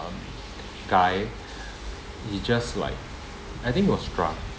guy he just like I think he was drunk